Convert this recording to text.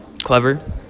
clever